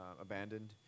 abandoned